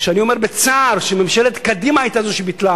ואני אומר בצער שממשלת קדימה היתה זו שביטלה